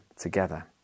together